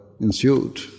ensued